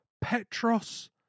petros